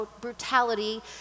brutality